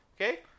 okay